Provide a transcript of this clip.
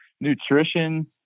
nutrition